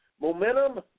momentum